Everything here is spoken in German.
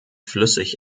flüssig